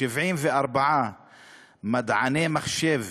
74 מדעני מחשב